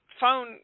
phone